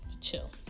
chill